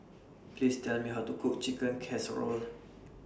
Please Tell Me How to Cook Chicken Casserole